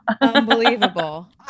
unbelievable